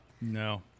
No